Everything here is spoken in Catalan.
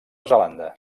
zelanda